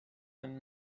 and